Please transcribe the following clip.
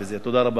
תודה רבה, אדוני.